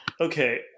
okay